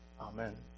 Amen